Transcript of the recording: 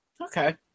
Okay